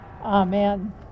Amen